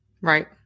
Right